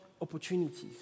opportunities